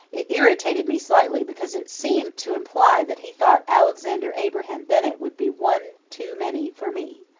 it irritated me slightly, because it seemed to imply that he thought alexander abraham bennett would be one too many for me.